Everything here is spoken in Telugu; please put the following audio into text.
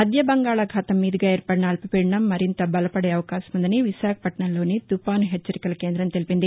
మధ్య బంగాళాఖాతం మీదుగా ఏర్పడిన అల్పపీడనం మరింత బలపదే అవకాశముందని విశాఖపట్టణంలోని తుపాను హెచ్చరికల కేంద్రం తెలిపింది